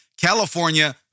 California